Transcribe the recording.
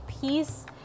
peace